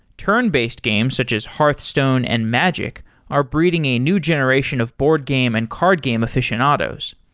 turn-based games such as hearthstone and magic are breeding a new generation of board game and card game aficionados.